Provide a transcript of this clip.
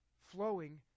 flowing